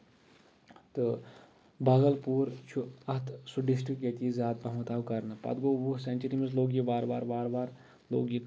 تہٕ باغل پوٗر چھُ اتھ سُہ ڈِسٹرک ییٚتہِ یہِ زیادٕ پہمتھ آو کرنہٕ پَتہٕ گوٚو وُہ سینچری منٛز لوٚگ یہِ وارٕ وارٕ وارٕ وارٕ لوٚگ یہِ